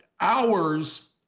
hours